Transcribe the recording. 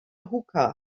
hookah